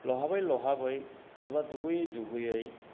लावहाबै लावहाबै एबा दुगैयै दुगैयै